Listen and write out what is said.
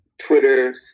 twitter